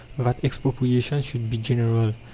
that expropriation should be general,